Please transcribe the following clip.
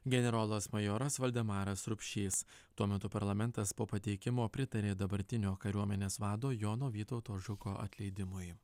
generolas majoras valdemaras rupšys tuo metu parlamentas po pateikimo pritarė dabartinio kariuomenės vado jono vytauto žuko atleidimui